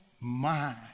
mind